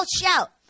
shout